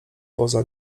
poza